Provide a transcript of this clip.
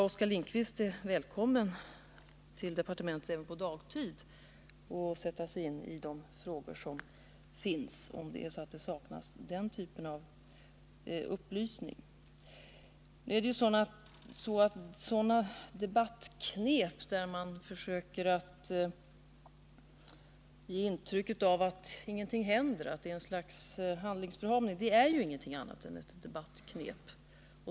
Oskar Lindkvist är dessutom välkommen att även på dagtid komma till departementet för att sätta sig in i de frågor som där behandlas, om han saknar upplysning i dessa hänseenden. Försöken att ge intryck av att ingenting händer, att det råder något slags handlingsförlamning, är ju inget annat än ett debattknep.